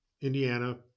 Indiana